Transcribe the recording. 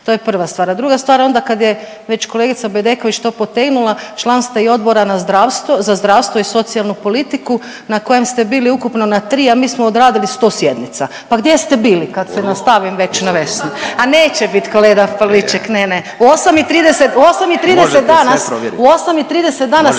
to je prva stvar. A druga stvar onda kad je već kolegica Bedeković to potegnula član ste i Odbora za zdravstvo i socijalnu politiku na kojem ste bili ukupno na tri, a mi smo odradili 100 sjednice. Pa gdje ste bili kad se nastavim već na Vesnu? A neće bit kolega Pavliček ne, ne u 8,30 danas …/Upadica Pavliček: Možete sve provjerit./… u 8,30 danas